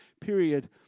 period